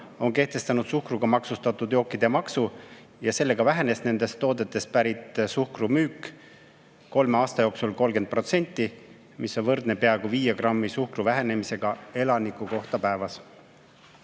on kehtestanud suhkruga magustatud jookide maksu ja seetõttu vähenes nendest toodetest pärit suhkru müük kolme aasta jooksul 30%, mis on võrdne peaaegu 5 grammi suhkruga elaniku kohta päevas.